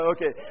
Okay